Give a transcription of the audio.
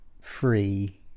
free